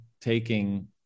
taking